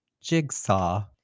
Jigsaw